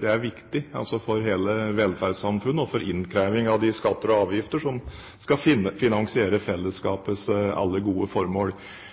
er viktig for hele velferdssamfunnet og for innkrevingen av de skatter og avgifter som skal finansiere fellesskapets alle gode formål.